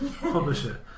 publisher